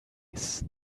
days